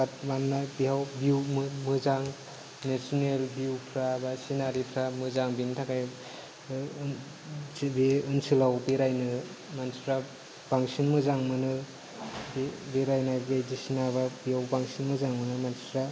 बात मानोना बेयाव भिउ मोजां नेचरेल भिउफ्रा बा सिनारिफ्रा मोजां बेनि थाखाय बे ओनसोलाव बेरायनो मानसिफ्रा बांसिन मोजां मोनो बेरायनाय बायदिसिना बेयाव बांसिन मोजां मोनो मानसिफ्रा